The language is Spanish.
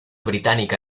británica